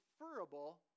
preferable